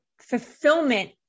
fulfillment